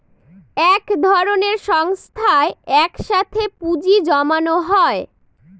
এক ধরনের সংস্থায় এক সাথে পুঁজি জমানো হয়